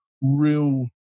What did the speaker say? real